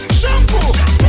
shampoo